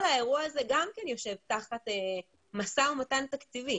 כל האירוע הזה יושב תחת משא ומתן תקציבי